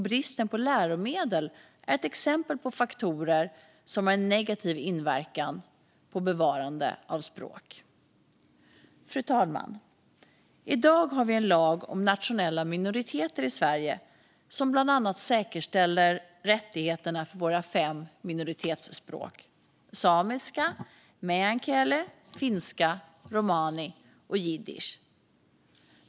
Bristen på läromedel är ett exempel på faktorer som har en negativ inverkan på bevarande av språk. Fru talman! I dag har vi en lag om nationella minoriteter i Sverige som bland annat säkerställer rättigheterna för våra fem minoritetsspråk: samiska, meänkieli, finska, romani och jiddisch.